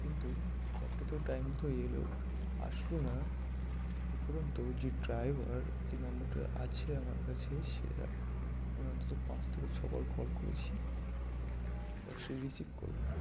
কিন্তু ক্যাবটা তো টাইম মতো এলো আসলো না উপরন্তু যে ড্রাইভার যে নম্বরটা আছে আমার কাছে সেটা আমি অন্তত পাঁচ থেকে ছবার কল করেছি বাট সে রিসিভ করলো না